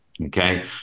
okay